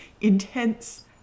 intense